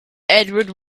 edward